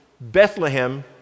Bethlehem